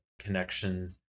connections